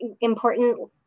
important